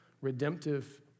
redemptive